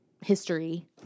history